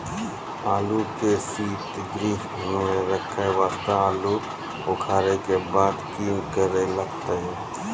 आलू के सीतगृह मे रखे वास्ते आलू उखारे के बाद की करे लगतै?